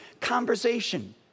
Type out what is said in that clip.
conversation